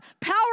power